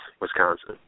Wisconsin